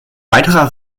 weiterer